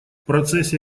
процессе